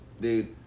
Dude